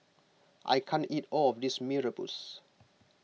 I can't eat all of this Mee Rebus